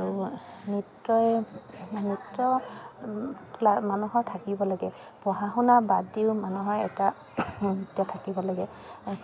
আৰু নৃত্যই নৃত্য কৰা মানুহৰ থাকিব লাগে পঢ়া শুনা বাদ দিও মানুহৰ এটা নৃত্য থাকিব লাগে